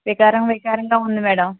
వికారం వికారంగా ఉంది మేడం